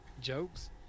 jokes